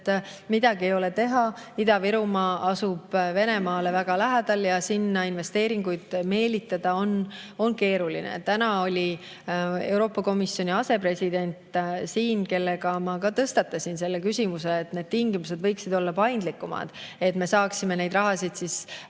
midagi ei ole teha, Ida-Virumaa asub Venemaale väga lähedal ja sinna investeeringuid meelitada on keeruline. Täna oli siin Euroopa Komisjoni asepresident, kellega rääkides ma ka tõstatasin selle küsimuse ja ütlesin, et need tingimused võiksid olla paindlikumad, et me saaksime seda raha